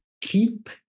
keep